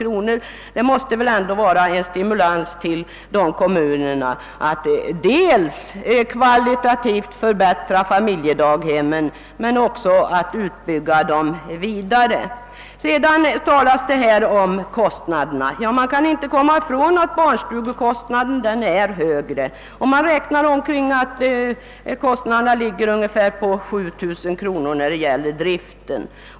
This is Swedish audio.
Detta måste betyda en uppmuntran till kommunerna att dels kvalitativt förbättra familjedaghemmen, dels utbygga dem vidare. Det talas också om kostnaderna. Man kan inte komma ifrån att barnstugekostnaden är högre; den ligger på ungefär 7 000 kronor när det gäller driften.